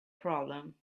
problem